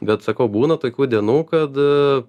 bet sakau būna tokių dienų kad